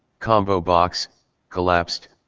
combo box collapsed,